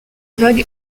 vagues